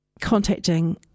contacting